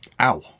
Ow